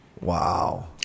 Wow